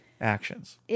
actions